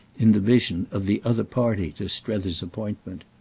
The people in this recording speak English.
in the vision of the other party to strether's appointment.